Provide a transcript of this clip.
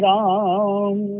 Ram